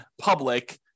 public